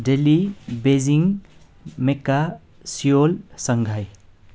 Delhi Beijing Mecca Seoul Shanghai